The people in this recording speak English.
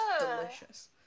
delicious